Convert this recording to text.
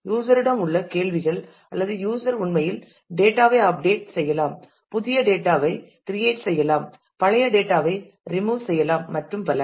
யூஸரிடம் உள்ள கேள்விகள் அல்லது யூஸர் உண்மையில் டேட்டா ஐ அப்டேட் செய்யலாம் புதிய டேட்டா ஐ கிரியேட் செய்யலாம் பழைய டேட்டா ஐ ரிமூவ் செய்யலாம் மற்றும் பல